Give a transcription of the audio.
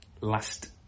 last